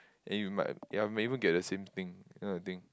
and you might ya I'm even get the same thing that kind of thing